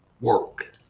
Work